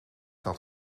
dat